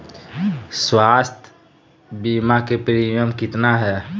स्वास्थ बीमा के प्रिमियम कितना है?